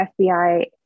FBI